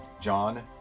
John